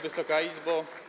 Wysoka Izbo!